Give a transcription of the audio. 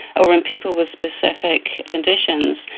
or in people with specific conditions,